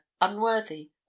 unworthy